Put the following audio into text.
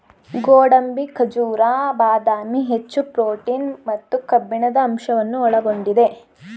ಗೋಡಂಬಿ, ಖಜೂರ, ಬಾದಾಮಿ, ಹೆಚ್ಚು ಪ್ರೋಟೀನ್ ಮತ್ತು ಕಬ್ಬಿಣದ ಅಂಶವನ್ನು ಒಳಗೊಂಡಿದೆ